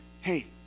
hey